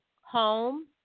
home